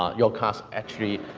your class, actually,